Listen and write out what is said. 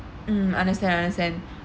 mm understand understand